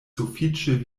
sufiĉe